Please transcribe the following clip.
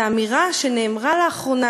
והאמירה שנאמרה לאחרונה,